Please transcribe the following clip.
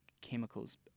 chemicals